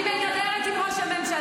אני מדברת עם ראש הממשלה.